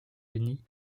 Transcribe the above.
unies